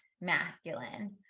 masculine